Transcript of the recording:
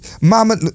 Mama